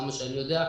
עד כמה שאני יודע,